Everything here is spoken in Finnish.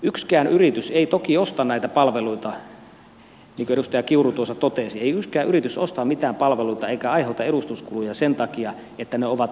yksikään yritys ei toki osta näitä palveluita niin kuin edustaja kiuru tuossa totesi ei yksikään yritys osta mitään palveluita eikä aiheuta edustuskuluja sen takia että ne ovat verovähennysoikeudellisia